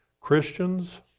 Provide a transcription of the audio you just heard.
Christians